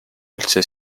üldse